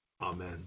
Amen